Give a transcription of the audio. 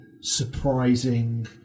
surprising